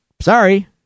sorry